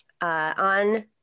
on